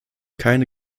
keine